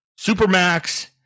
Supermax